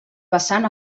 vessant